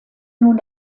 nun